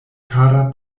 kara